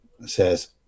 says